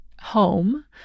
home